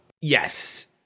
yes